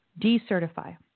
Decertify